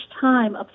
time